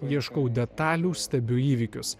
ieškau detalių stebiu įvykius